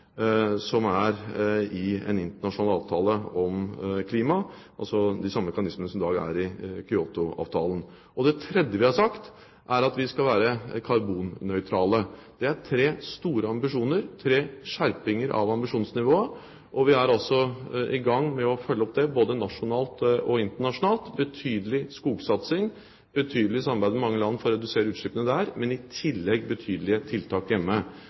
som er i en internasjonal avtale om klima, altså de samme mekanismene som i dag er i Kyoto-avtalen. Det tredje vi har sagt, er at vi skal være karbonnøytrale. Det er tre store ambisjoner, tre skjerpinger av ambisjonsnivået. Vi er altså i gang med å følge opp det både nasjonalt og internasjonalt gjennom betydelig skogsatsing, betydelig samarbeid med mange land for å redusere utslippene der, men i tillegg betydelige tiltak hjemme